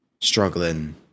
struggling